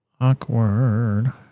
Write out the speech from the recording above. Awkward